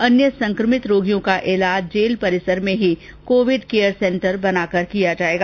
अन्य संकमित रोगियों का इलाज जेल परिसर में ही कोविड केयर सेंटर बनाकर किया जाएगा